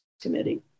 Committee